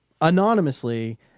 anonymously